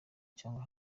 cyangwa